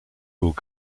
haut